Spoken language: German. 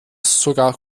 sogar